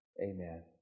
Amen